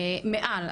מעל,